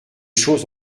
choses